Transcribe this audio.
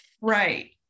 Right